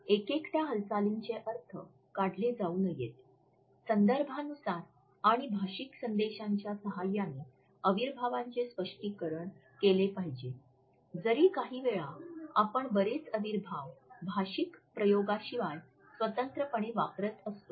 एकेकट्या हालचालींचे अर्थ काढले जाऊ नयेत संदर्भानुसार आणि भाषिक संदेशांच्या सहाय्याने अविर्भावांचे स्पष्टीकरण केले पाहिजे जरी काहीवेळा आपण बरेच अविर्भाव भाषिक प्रयोगाशिवाय स्वतंत्रपणे वापरत असतो